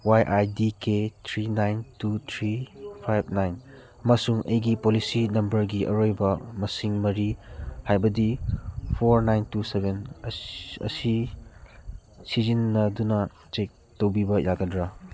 Y I D K three nine two three five nine ꯑꯃꯁꯨꯡ ꯑꯩꯒꯤ policy ꯅꯝꯕꯔꯒꯤ ꯑꯔꯣꯏꯕ ꯃꯁꯤꯡ ꯃꯔꯤ ꯍꯥꯏꯕꯗꯤ ꯐꯣꯔ ꯅꯥꯏꯟ ꯇꯨ ꯁꯕꯦꯟ ꯑꯁꯤ ꯁꯤꯖꯤꯟꯅꯗꯨꯅ ꯆꯦꯛ ꯇꯧꯕꯤꯕ ꯌꯥꯒꯗ꯭ꯔ